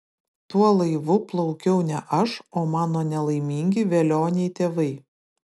tuo laivu plaukiau ne aš o mano nelaimingi velioniai tėvai